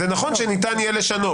זה נכון שניתן יהיה לשנות.